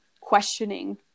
questioning